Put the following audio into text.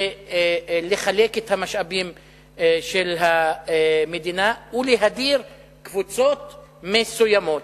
לחלק את המשאבים של המדינה ולהדיר קבוצות מסוימות.